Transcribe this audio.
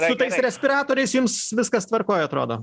su tais respiratoriais jums viskas tvarkoj atrodo